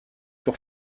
sur